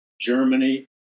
Germany